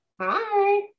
Hi